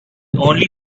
only